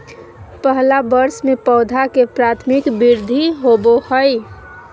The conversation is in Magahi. पहला वर्ष में पौधा के प्राथमिक वृद्धि होबो हइ